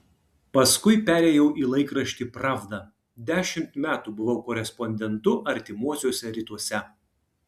paskui perėjau į laikraštį pravda dešimt metų buvau korespondentu artimuosiuose rytuose